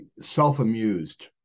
self-amused